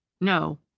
No